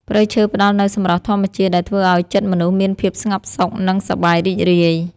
ព្រៃឈើផ្តល់នូវសម្រស់ធម្មជាតិដែលធ្វើឱ្យចិត្តមនុស្សមានភាពស្ងប់សុខ និងសប្បាយរីករាយ។